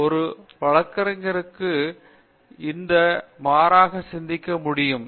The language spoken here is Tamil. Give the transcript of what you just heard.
எனவே ஒரு வழக்கத்திற்கு மாறாக சிந்திக்க முடியும்